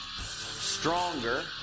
stronger